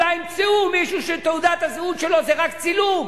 אולי ימצאו מישהו שתעודת הזהות שלו זה רק צילום,